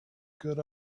good